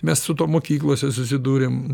mes su tuo mokyklose susidūrėm